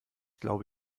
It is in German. glaube